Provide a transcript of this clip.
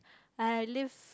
I live